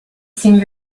seemed